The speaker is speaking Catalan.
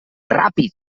ràpid